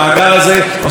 ועדיין,